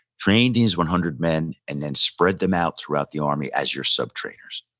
train these one hundred men, and then spread them out throughout the army as your sub-trainers.